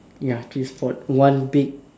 ya three spot one big